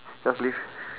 just leave